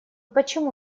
почему